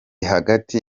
hagati